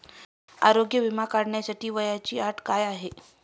आरोग्य विमा काढण्यासाठी वयाची अट काय आहे?